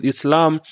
Islam